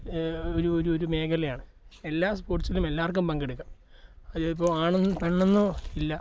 ഒരു ഒരു ഒരു മേഖലയാണ് എല്ലാ സ്പോർട്സിലും എല്ലാവർക്കും പങ്കെടുക്കാം അതിപ്പോൾ ആണെന്നോ പെണ്ണെന്നോ ഇല്ല